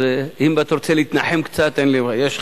אז אם אתה רוצה להתנחם קצת, יש לך.